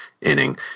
inning